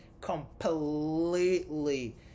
completely